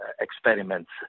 experiments